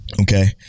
Okay